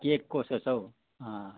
के कसो छ हौ अँ